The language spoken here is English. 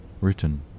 written